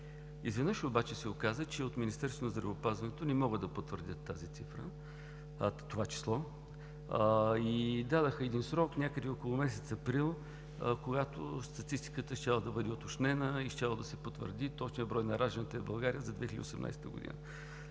Изведнъж обаче се оказа, че от Министерството на здравеопазването не могат да потвърдят това число и дадоха срок – около месец април, когато статистиката щяла да бъде уточнена и щял да се потвърди точният брой на ражданията в България за 2018 г.